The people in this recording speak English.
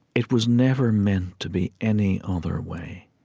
it was never meant to be any other way.